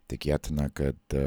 tikėtina kad